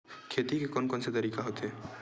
खेती के कोन कोन से तरीका होथे?